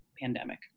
pandemic